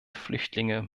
flüchtlinge